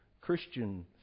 Christian